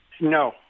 No